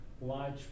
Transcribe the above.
large